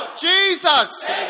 Jesus